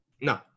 No